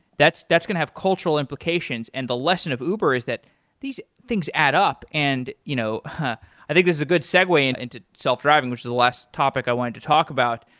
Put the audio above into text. that's that's going to have cultural implications, and the lesson of uber is that these things add up. and you know i think this is a good segue and into self-driving which is the last topic i wanted to talk about.